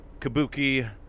Kabuki